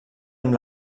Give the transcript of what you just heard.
amb